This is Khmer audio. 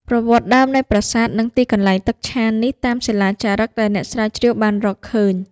ប្រវត្តិដើមនៃប្រាសាទ និងទីកន្លែងទឹកឆានេះ តាមសិលាចារឹកដែល អ្នកស្រាវជ្រាវបានរកឃើញ